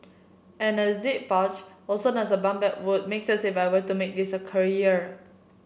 and the zip pouch also as a bum bag would make sense if I were to make this a career